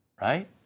Right